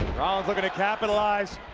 rollins looking to capitalize.